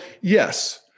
yes